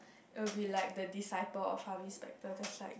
it will be like the disciple of Harvey-Specter that's like